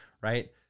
right